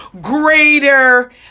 greater